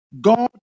God